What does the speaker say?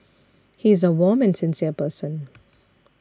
he is a warm and sincere person